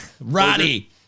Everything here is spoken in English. roddy